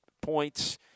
points